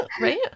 right